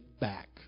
back